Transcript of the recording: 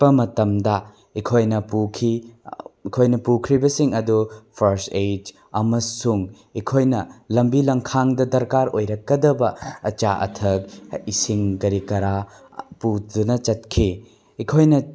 ꯄ ꯃꯇꯝꯗ ꯑꯩꯈꯣꯏꯅ ꯄꯨꯈꯤ ꯑꯩꯈꯣꯏꯅ ꯄꯨꯈ꯭ꯔꯤꯕꯁꯤꯡ ꯑꯗꯨ ꯐꯥꯔꯁꯠ ꯑꯦꯠ ꯑꯃꯁꯨꯡ ꯑꯩꯈꯣꯏꯅ ꯂꯝꯕꯤ ꯂꯝꯈꯥꯡꯗ ꯗꯔꯀꯥꯔ ꯑꯣꯏꯔꯛꯀꯗꯕ ꯑꯆꯥ ꯑꯊꯛ ꯏꯁꯤꯡ ꯀꯔꯤ ꯀꯔꯥ ꯄꯨꯗꯨꯅ ꯆꯠꯈꯤ ꯑꯩꯈꯣꯏꯅ